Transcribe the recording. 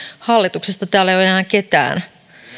hallituksesta täällä ei ole enää ketään